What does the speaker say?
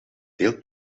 veel